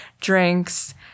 drinks